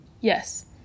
Yes